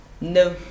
No